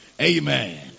Amen